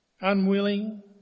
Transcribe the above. Unwilling